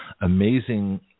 amazing